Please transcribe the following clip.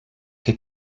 que